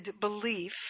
belief